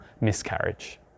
miscarriage